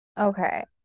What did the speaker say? Okay